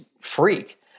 freak